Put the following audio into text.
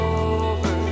over